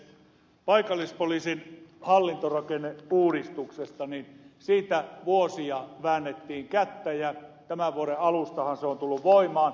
paikallispoliisin hallintorakenneuudistuksesta väännettiin vuosia kättä ja tämän vuoden alustahan se on tullut voimaan